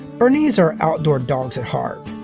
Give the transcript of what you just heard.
bernese are outdoor dogs at heart,